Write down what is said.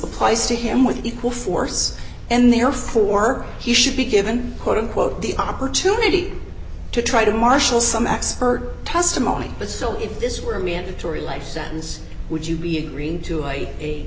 applies to him with equal force and therefore he should be given quote unquote the opportunity to try to marshal some x her testimony but so if this were a mandatory life sentence would you be agreeing to